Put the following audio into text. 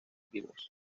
vivos